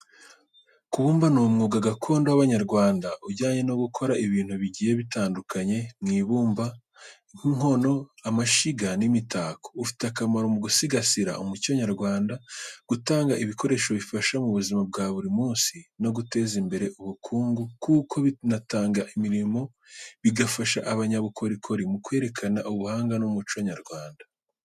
Kubumba ni umwuga gakondo w’abanyarwanda ujyanye no gukora ibintu bigiye bitandukanye mu ibumba, nk’inkono, amashyiga n’imitako. Ufite akamaro mu gusigasira umuco nyarwanda, gutanga ibikoresho bifasha mu buzima bwa buri munsi, no guteza imbere ubukungu kuko binatanga imirimo, bigafasha abanyabukorikori mu kwerekana ubuhanga n’umuco nyarwanda.